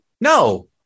No